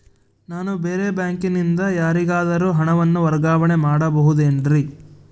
ನಾನು ಬೇರೆ ಬ್ಯಾಂಕಿನಿಂದ ಯಾರಿಗಾದರೂ ಹಣವನ್ನು ವರ್ಗಾವಣೆ ಮಾಡಬಹುದೇನ್ರಿ?